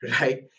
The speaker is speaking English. right